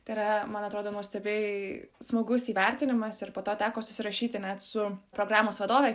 tai yra man atrodo nuostabiai smagus įvertinimas ir po to teko susirašyti net su programos vadove